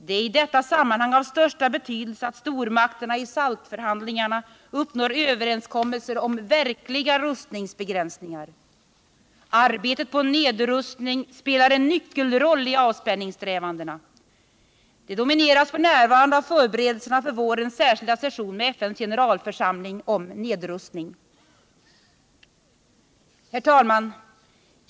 Det är i detta sammanhang av största betydelse att stormakterna i SALT-förhandlingarna uppnår överenskommelser om verkliga rustningsbegränsningar. Arbetet på nedrustning spelar en nyckelroll i avspänningssträvandena. Det domineras f. n. av förberedelserna för vårens särskilda session med FN:s generalförsamling om nedrustning. Herr talman!